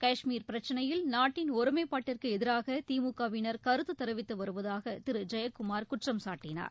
கஷ்மீர் பிரச்சினையில் நாட்டின் ஒருமைப்பாட்டிற்கு எதிராக திமுகவினர் கருத்து தெரிவித்து வருவதாக திரு ஜெயக்குமார் குற்றம் சாட்டினார்